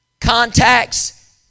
Contacts